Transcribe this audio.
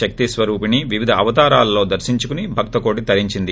శక్తిస్వరూపిణిని వివిధ ఆవతారాలలో దర్తించుకుని భక్తకోటి తరించింది